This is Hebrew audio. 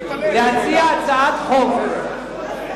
אפשרות להציע הצעת חוק שתאפשר,